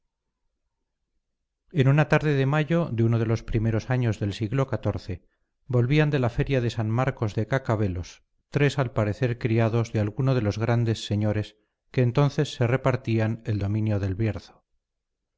en una tarde de mayo de uno de los primeros años del siglo xiv volvían de la feria de san marcos de cacabelos tres al parecer criados de alguno de los grandes señores que entonces se repartían el dominio del